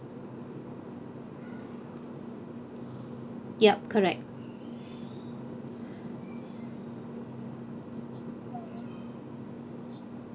yup correct